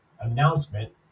announcement